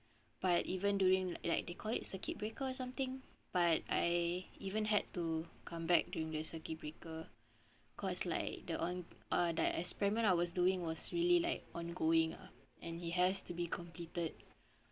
but even during like they call it circuit breaker or something but I eh even had to come back during the circuit breaker cause like the on~ err the experiment I was doing was really like ongoing ah and it has to be completed